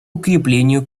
укреплению